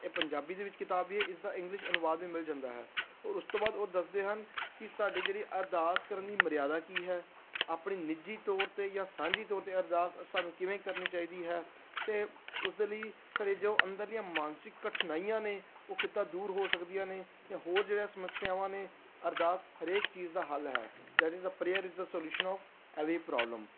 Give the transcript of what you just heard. ਇਹ ਪੰਜਾਬੀ ਦੇ ਵਿੱਚ ਕਿਤਾਬ ਵੀ ਹੈ ਇਸਦਾ ਇੰਗਲਿਸ਼ ਅਨੁਵਾਦ ਵੀ ਮਿਲ ਜਾਂਦਾ ਹੈ ਔਰ ਉਸ ਤੋਂ ਬਾਅਦ ਉਹ ਦੱਸਦੇ ਹਨ ਕਿ ਸਾਡੇ ਜਿਹੜੀ ਅਰਦਾਸ ਕਰਨ ਦੀ ਮਰਿਆਦਾ ਕੀ ਹੈ ਆਪਣੀ ਨਿੱਜੀ ਤੌਰ 'ਤੇ ਜਾਂ ਸਾਂਝੀ ਤੌਰ 'ਤੇ ਅਰਦਾਸ ਸਾਨੂੰ ਕਿਵੇਂ ਕਰਨੀ ਚਾਹੀਦੀ ਹੈ ਅਤੇ ਉਸ ਦੇ ਲਈ ਸਾਡੇ ਜੋ ਅੰਦਰਲੀਆਂ ਮਾਨਸਿਕ ਕਠਿਨਾਈਆਂ ਨੇ ਉਹ ਕਿੱਦਾਂ ਦੂਰ ਹੋ ਸਕਦੀਆਂ ਨੇ ਜਾਂ ਹੋਰ ਜਿਹੜਾ ਸਮੱਸਿਆਵਾਂ ਨੇ ਅਰਦਾਸ ਹਰੇਕ ਚੀਜ਼ ਦਾ ਹੱਲ ਹੈ that is the prayer is the solution of any problem